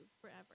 forever